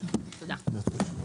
הישיבה ננעלה בשעה